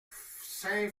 saint